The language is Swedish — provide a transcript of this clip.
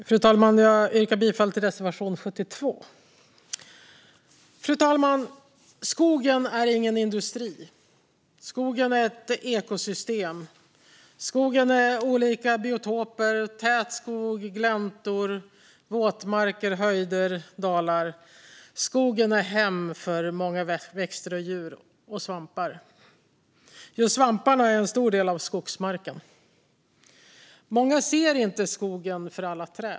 Fru talman! Jag yrkar bifall till reservation 72. Skogen är ingen industri. Skogen är ett ekosystem. Skogen är olika biotoper, tät skog, gläntor, våtmarker, höjder och dalar. Skogen är hem för många växter, djur och svampar. Just svamparna är en stor del av skogsmarken. Många ser inte skogen för alla träd.